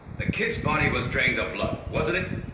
the kid's body was drained of blood wasn't it?